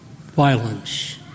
violence